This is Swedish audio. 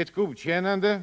Ett godkännande